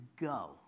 go